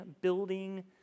building